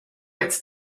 its